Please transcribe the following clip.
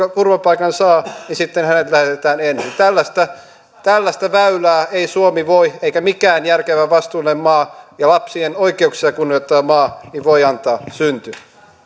turvapaikan saa niin sitten hänet lähetetään ensin tällaista tällaista väylää ei suomi eikä mikään järkevä vastuullinen maa ja lapsien oikeuksia kunnioittava maa voi antaa syntyä myönnän